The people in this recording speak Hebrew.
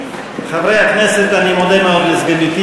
אני מודה מאוד לסגניתי,